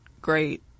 great